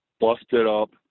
busted-up